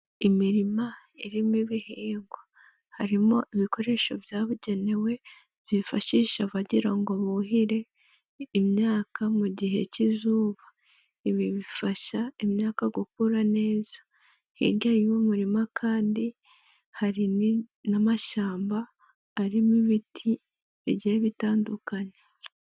Imirima irimo ibihingwa, harimo ibikoresho byabugenewe bifashisha bagira ngo buhire imyaka mu gihe k'izuba, ibi bifasha imyaka gukura neza, hirya y'umurima kandi hari n'amashyamba arimo ibiti bigiye bitandukanye.